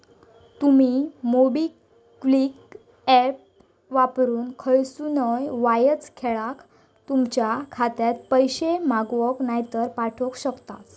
तुमी MobiKwik app वापरून खयसूनय वायच येळात तुमच्या खात्यात पैशे मागवक नायतर पाठवक शकतास